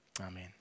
Amen